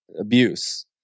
abuse